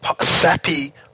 sappy